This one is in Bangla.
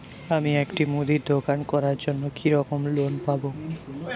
আমি একটি মুদির দোকান করার জন্য কি রকম লোন পাব?